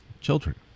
children